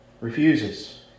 refuses